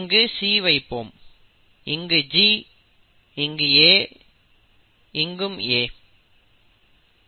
இங்கு C வைப்போம் இங்கு G இங்கு A இங்கும் A